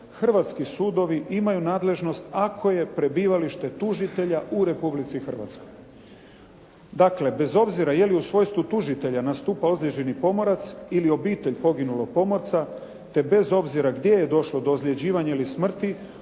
hrvatski sudovi imaju nadležnost ako je prebivalište tužitelja u Republici Hrvatskoj. Dakle, bez obzira je li u svojstvu tužitelja nastupa određeni pomorac ili obitelj poginulog pomorca, te bez obzira gdje je došlo do ozljeđivanja ili smrti,